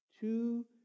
two